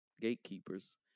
gatekeepers